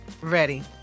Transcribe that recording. Ready